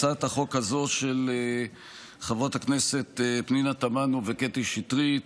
הצעת החוק הזו של חברות הכנסת פנינה תמנו וקטי שטרית,